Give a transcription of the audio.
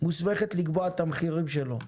מוסמכת לקבוע את המחירים שלו,